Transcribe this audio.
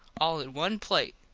all in one plate.